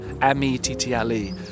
M-E-T-T-L-E